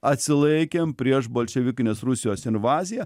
atsilaikėm prieš bolševikinės rusijos invaziją